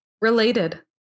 related